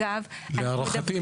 להערכתי,